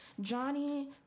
Johnny